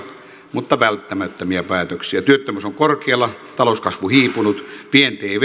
mutta välttämättömiä päätöksiä työttömyys on korkealla talouskasvu hiipunut vienti ei